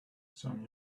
some